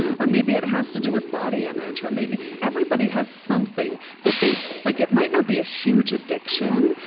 or maybe it has to do with body image. or maybe, everybody has something that they like it might not be a huge addiction,